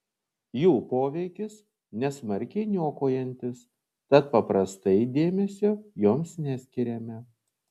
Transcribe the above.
jų poveikis nesmarkiai niokojantis tad paprastai dėmesio joms neskiriame